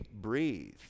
breathe